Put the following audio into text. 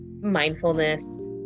mindfulness